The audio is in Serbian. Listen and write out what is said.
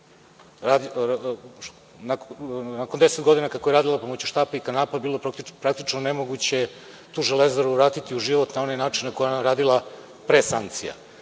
nakon deset godina kako je radila pomoću štapa i kanapa bilo praktično nemoguće tu železaru vratiti u život na onaj način kako je ona radila pre sankcija.